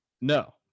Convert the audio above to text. No